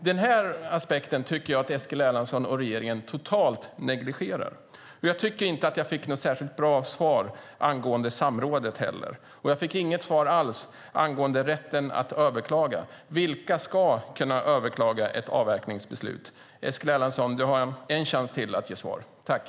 Den aspekten tycker jag att Eskil Erlandsson och regeringen totalt negligerar. Jag tycker inte att jag fick något bra svar angående samrådet, och jag fick inget svar alls angående rätten att överklaga. Vilka ska kunna överklaga ett avverkningsbeslut? Du har en chans till att svara, Eskil Erlandsson.